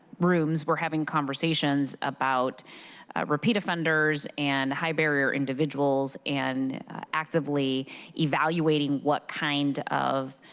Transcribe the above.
rooms we're having conversations about repeat offenders and high barrier individuals, and actively evaluating what kind of